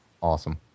Awesome